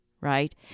right